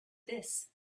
this